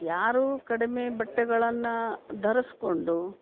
ಯಾರು ಕಡಿಮೆ ಬಟ್ಟೆಗಳನ್ನು ಧರಿಸ್ಕೊಂಡು